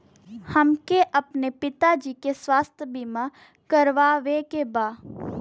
हमके अपने पिता जी के स्वास्थ्य बीमा करवावे के बा?